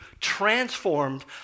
transformed